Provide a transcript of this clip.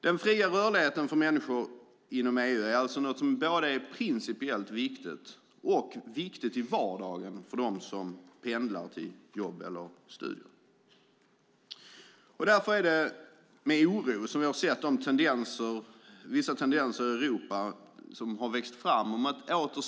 Den fria rörligheten för människor inom EU är alltså något som både är principiellt viktigt och viktigt i vardagen för dem som pendlar till jobb eller studier. Därför är det med oro som vi har sett vissa tendenser till att åter stänga gränserna växa fram i Europa.